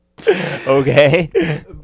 okay